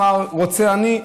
אמרו "רוצה אני",